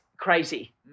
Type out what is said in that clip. crazy